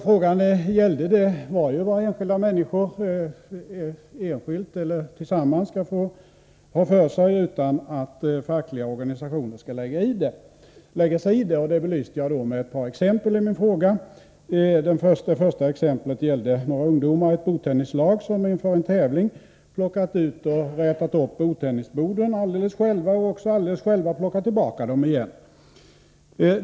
Frågan gäller vad människor, enskilt eller tillsammans, skall få ha för sig utan att fackliga organisationer skall lägga sig i det. Jag belyste detta med ett par exempel i min fråga. Det första exemplet gällde några ungdomar i ett bordtennislag som inför en tävling alldeles själva bar fram och ställde i ordning bordtennisborden och som också alldeles själva ställde tillbaka dem igen.